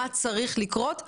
מה צריך לקרות והחלופות.